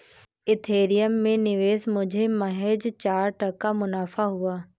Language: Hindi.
एथेरियम में निवेश मुझे महज चार टका मुनाफा हुआ